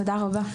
תודה רבה.